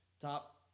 top